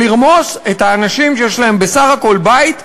לרמוס את האנשים שיש להם בסך הכול בית,